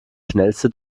schnellste